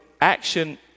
action